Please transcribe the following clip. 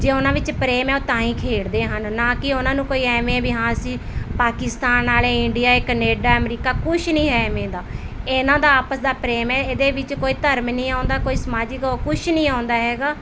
ਜੇ ਉਹਨਾਂ ਵਿੱਚ ਪ੍ਰੇਮ ਹੈ ਉਹ ਤਾਂ ਹੀ ਖੇਡਦੇ ਹਨ ਨਾ ਕਿ ਉਹਨਾਂ ਨੂੰ ਕੋਈ ਐਵੇਂ ਵੀ ਹਾਂ ਅਸੀਂ ਪਾਕਿਸਤਾਨ ਵਾਲੇ ਇੰਡੀਆ ਕਨੇਡਾ ਅਮਰੀਕਾ ਕੁਛ ਨਹੀਂ ਹੈ ਐਵੇਂ ਦਾ ਇਹਨਾਂ ਦਾ ਆਪਸ ਦਾ ਪ੍ਰੇਮ ਹੈ ਇਹਦੇ ਵਿੱਚ ਕੋਈ ਧਰਮ ਨਹੀਂ ਆਉਂਦਾ ਕੋਈ ਸਮਾਜਿਕ ਉਹ ਕੁਛ ਨਹੀਂ ਆਉਂਦਾ ਹੈਗਾ